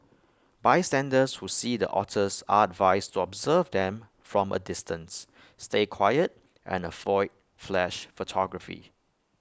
bystanders who see the otters are advised to observe them from A distance stay quiet and avoid flash photography